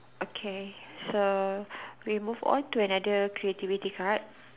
okay so we move on to another creativity card